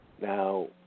Now